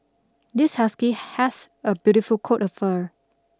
this husky has a beautiful coat of fur